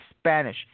Spanish